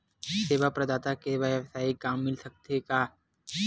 सेवा प्रदाता के वेवसायिक काम मिल सकत हे का?